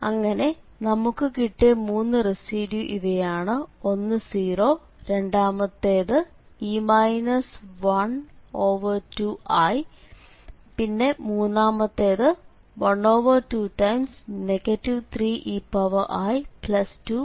അങ്ങനെ നമുക്ക് കിട്ടിയ മൂന്ന് റെസിഡ്യൂ ഇവയാണ് ഒന്ന് 0 രണ്ടാമത്തേത് e 1i2 പിന്നെ മൂന്നാമത്തേത് 12 3ei2i